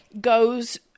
goes